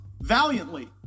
valiantly